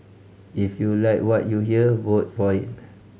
if you like what you hear vote for it